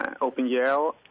OpenGL